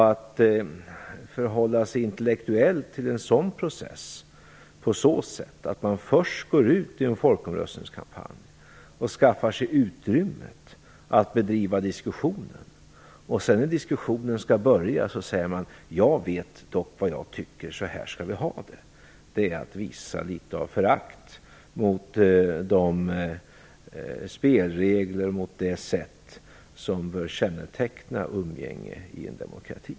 Att förhålla sig intellektuellt till en sådan process på så sätt att man först går ut i en folkomröstningskampanj och skaffar sig utrymmet att bedriva diskussionen, och sedan när diskussionen skall börja säger: Jag vet dock vad jag tycker; så här skall vi ha det, är att visa litet av förakt mot de spelregler och det sätt som bör känneteckna umgänge i en demokrati.